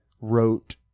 wrote